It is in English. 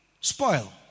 spoil